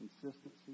consistency